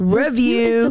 review